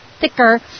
thicker